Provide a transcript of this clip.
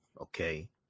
Okay